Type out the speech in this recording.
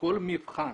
בכל מבחן.